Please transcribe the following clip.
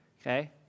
okay